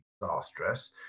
disastrous